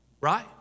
right